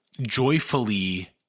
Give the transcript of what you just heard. joyfully